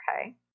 Okay